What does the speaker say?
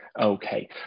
Okay